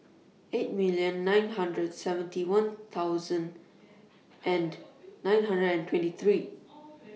eight million nine hundred seventy one thousand and nine hundred and twenty three